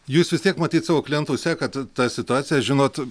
jūs vis tiek matyt savo klientų sekat tą situaciją žinot